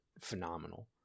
phenomenal